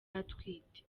atwite